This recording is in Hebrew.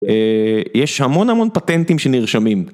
יש המון המון פטנטים שנרשמים.